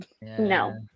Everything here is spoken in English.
No